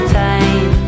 time